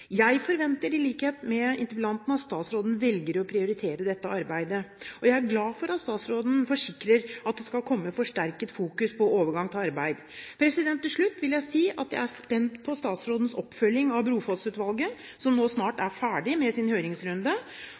Jeg forventer, i likhet med interpellanten, at statsråden velger å prioritere dette arbeidet. Jeg er glad for at statsråden forsikrer at det skal komme forsterket fokus på overgang til arbeid. Til slutt vil jeg si at jeg er spent på statsrådens oppfølging av Brofoss-utvalgets rapport – den høringsrunden er snart ferdig.